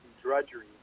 Drudgery